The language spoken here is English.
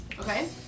Okay